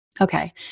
Okay